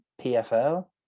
PFL